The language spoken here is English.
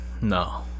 No